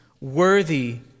worthy